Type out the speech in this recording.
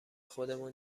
خودمون